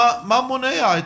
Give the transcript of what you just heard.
מה מונע?